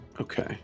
Okay